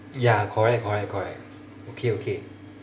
ya correct correct correct okay okay